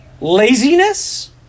laziness